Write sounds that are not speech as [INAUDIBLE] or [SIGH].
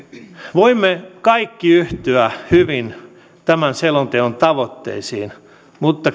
voimme kaikki yhtyä hyvin tämän selonteon tavoitteisiin mutta [UNINTELLIGIBLE]